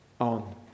on